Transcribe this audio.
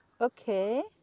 Okay